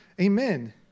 Amen